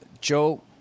Joe